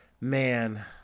man